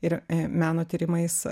ir meno tyrimais